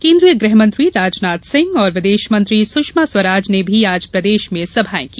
केन्द्रीय गृह मंत्री राजनाथ सिंह और विदेश मंत्री सुषमा स्वराज ने भी आज प्रदेश में सभाएं की